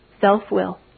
self-will